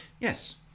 Yes